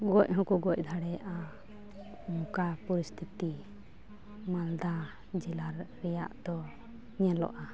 ᱜᱚᱡ ᱦᱚᱸ ᱠᱚ ᱜᱚᱡᱽ ᱫᱟᱲᱮᱭᱟᱜᱼᱟ ᱚᱱᱠᱟ ᱯᱚᱨᱤᱥᱛᱤᱛᱤ ᱢᱟᱞᱫᱟ ᱡᱮᱞᱟ ᱨᱮᱭᱟᱜ ᱫᱚ ᱧᱮᱞᱚᱜᱼᱟ